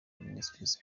ministries